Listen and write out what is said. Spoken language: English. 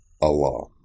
Allah